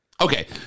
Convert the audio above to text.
Okay